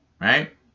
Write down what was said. Right